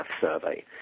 Survey